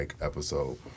episode